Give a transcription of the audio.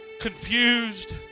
confused